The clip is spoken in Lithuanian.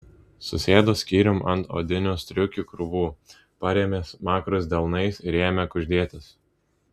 susėdo skyrium ant odinių striukių krūvų parėmė smakrus delnais ir ėmė kuždėtis